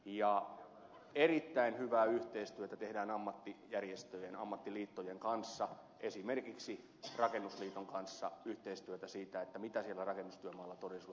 ja erittäin hyvää yhteistyötä tehdään ammattijärjestöjen ammattiliittojen kanssa esimerkiksi rakennusliiton kanssa yhteistyötä siinä mitä siellä rakennustyömaalla todellisuudessa tapahtuu